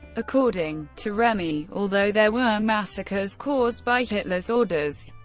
according to remy, although there were massacres caused by hitler's orders,